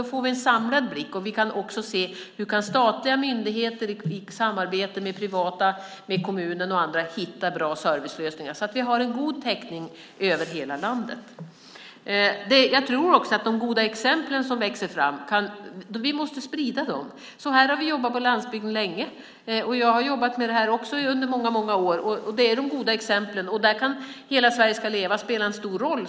Då får vi en samlad blick och kan också se hur statliga myndigheter i samarbete med det privata, kommuner och andra kan hitta bra servicelösningar, så att vi har en god täckning över hela landet. Vi måste sprida de goda exempel som växer fram. Så här har vi jobbat på landsbygden länge. Jag har jobbat med det här under många år. Det handlar om de goda exemplen. Där kan Hela Sverige ska leva spela en stor roll.